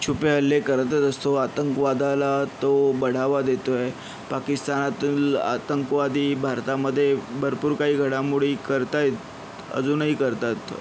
छुपे हल्ले करतच असतो आतंकवादाला तो बढावा देतो आहे पाकिस्तानातून आतंकवादी भारतामध्ये भरपूर काही घडामोडी करत आहेत अजूनही करतात